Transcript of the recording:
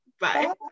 Bye